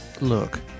look